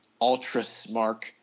ultra-smart